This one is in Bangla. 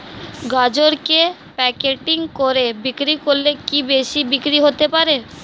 গাজরকে প্যাকেটিং করে বিক্রি করলে কি বেশি বিক্রি হতে পারে?